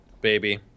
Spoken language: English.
baby